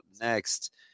next